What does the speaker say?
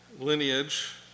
lineage